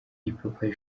ipapayi